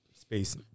space